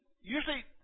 Usually